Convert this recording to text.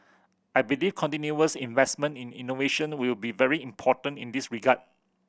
I believe continuous investment in innovation will be very important in this regard